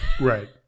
Right